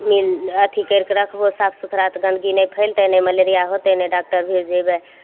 मिल अथी कैरिके रखबहो साफ सुथड़ा तऽ गन्दगी नहि फैलतै नहि मलेरिया होतै नहि डाक्टर भिर जेबै